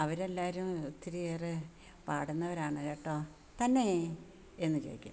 അവരെല്ലാവരും ഒത്തിരിയേറെ പാടുന്നവരാണ് കേട്ടോ തന്നേ എന്നു ചോദിക്കും